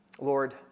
Lord